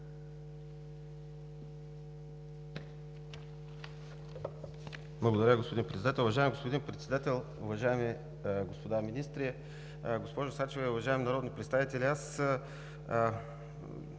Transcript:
Благодаря, господин Председател.